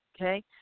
Okay